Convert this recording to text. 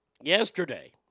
Yesterday